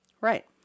Right